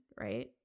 right